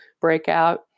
breakout